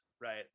right